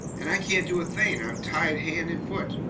and i can't do a thing! i'm tied hand and foot!